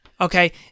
Okay